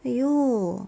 !aiyo!